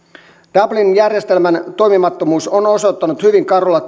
dublin järjestelmän toimimattomuus on osoittanut hyvin karulla